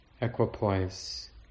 equipoise